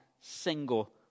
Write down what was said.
single